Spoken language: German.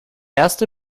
erste